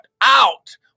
out